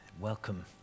welcome